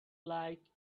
like